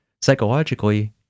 psychologically